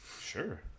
Sure